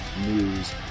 News